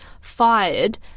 fired